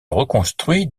reconstruit